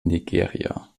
nigeria